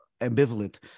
ambivalent